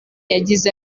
yagize